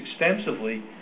extensively